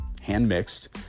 hand-mixed